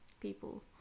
people